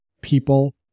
people